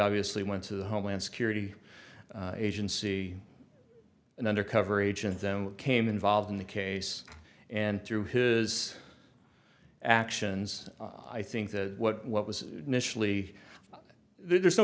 obviously went to the homeland security agency an undercover agent then came involved in the case and through his actions i think that what what was